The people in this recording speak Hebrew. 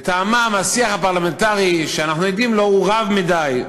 לטעמם השיח הפרלמנטרי שאנחנו עדים לו הוא רב מדי.